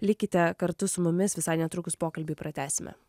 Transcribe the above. likite kartu su mumis visai netrukus pokalbį pratęsime